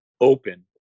open